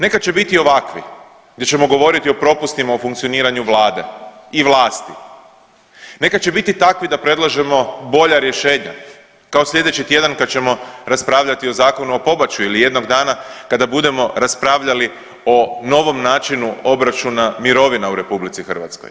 Nekad će biti ovakvi gdje ćemo govoriti o propustima u funkcioniranju Vlade i vlasti, nekad će biti takvi da predlažemo bolja rješenja, kao sljedeći tjedan kad ćemo raspravljati o zakonu o pobačaju ili jednog dana kada budemo raspravljali o novom načinu obračuna mirovina u RH.